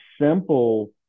simple